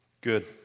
Good